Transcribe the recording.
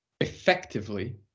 effectively